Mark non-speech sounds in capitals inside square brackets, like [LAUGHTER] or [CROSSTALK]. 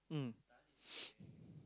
mm [NOISE]